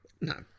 No